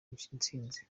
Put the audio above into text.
intsinzi